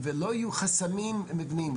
ולא יהיו חסמים מבניים,